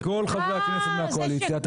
וכל חברי הכנסת מהקואליציה.